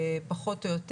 פחות או יותר.